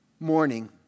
morning